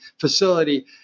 facility